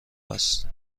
است